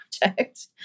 project